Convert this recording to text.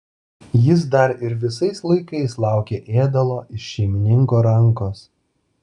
jis dar ir visais laikais laukė ėdalo iš šeimininko rankos